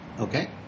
Okay